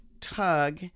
tug